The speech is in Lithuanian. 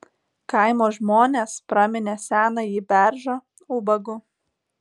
kaimo žmonės praminė senąjį beržą ubagu